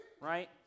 right